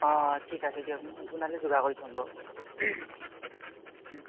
অঁ ঠিক আছে দিয়ক আপোনালৈ যোগাৰ কৰি থম বাও